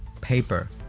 Paper